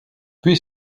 puis